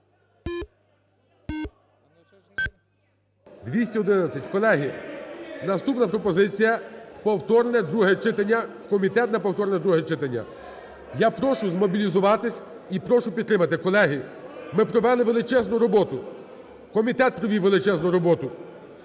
За-211 Колеги, наступна пропозиція – повторне друге читання, в комітет на повторне друге читання. Я прошу змобілізуватись і прошу підтримати. Колеги, ми провели величезну роботу. Комітет провів величезну роботу.